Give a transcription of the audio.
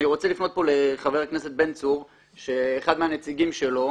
אני רוצה לפנות פה לחבר הכנסת בן צור שאחד מהנציגים שלו,